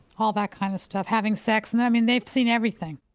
all that kind of stuff, having sex, and i mean, they've seen everything.